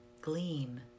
gleam